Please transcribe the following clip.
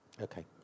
Okay